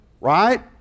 right